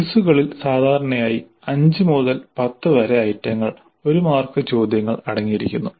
ക്വിസുകളിൽ സാധാരണയായി 5 മുതൽ 10 വരെ ഐറ്റങ്ങൾ ഒരു മാർക്ക് ചോദ്യങ്ങൾ അടങ്ങിയിരിക്കുന്നു